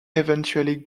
eventually